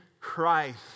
Christ